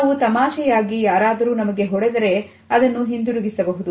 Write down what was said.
ನಾವು ತಮಾಷೆಯಾಗಿ ಯಾರಾದರೂ ನಮಗೆ ಹೊಡೆದರೆ ಅದನ್ನು ಹಿಂದಿರುಗಿಸಬಹುದು